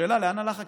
השאלה לאן הלך הכסף.